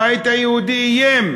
הבית היהודי איים: